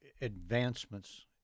advancements